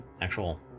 actual